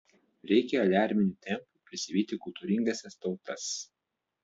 reikia aliarminiu tempu prisivyti kultūringąsias tautas